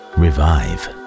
revive